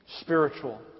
spiritual